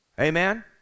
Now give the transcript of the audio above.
Amen